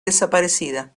desaparecida